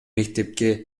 мектепте